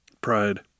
Pride